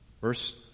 Verse